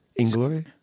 Inglory